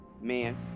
man